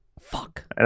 Fuck